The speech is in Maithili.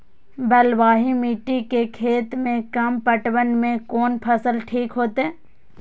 बलवाही मिट्टी के खेत में कम पटवन में कोन फसल ठीक होते?